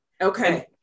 Okay